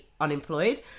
unemployed